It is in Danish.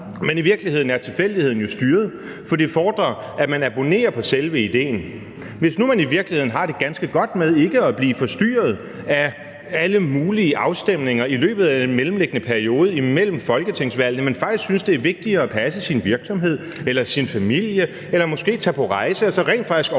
Men i virkeligheden er tilfældigheden jo styret, for det fordrer, at man abonnerer på selve idéen. Hvis nu man i virkeligheden har et ganske godt med ikke at blive forstyrret af alle mulige afstemninger i løbet af perioden mellem folketingsvalgene, men faktisk synes, at det er vigtigere at passe sin virksomhed eller sin familie eller måske tage på rejse – altså rent faktisk overlade